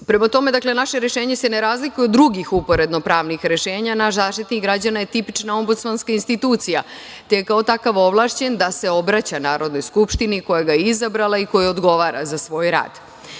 tome, naše rešenje ne razlikuje se od drugih uporedno pravnih rešenja, naš Zaštitnik građana je tipična Ombudsmanska institucija, te je kao takav ovlašćen, da se obraća Narodnoj skupštini, koja ga je izabrala i koja odgovara za svoj